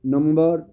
number